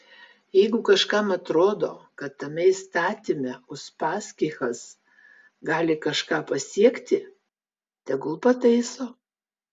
jeigu kažkam atrodo kad tame įstatyme uspaskichas gali kažką pasiekti tegul pataiso